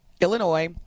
Illinois